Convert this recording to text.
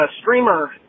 streamer